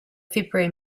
february